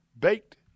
Baked